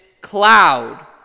cloud